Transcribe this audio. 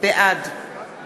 בעד